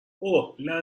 اوه